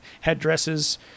headdresses